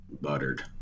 Buttered